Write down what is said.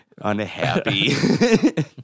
unhappy